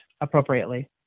appropriately